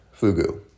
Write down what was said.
fugu